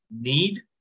need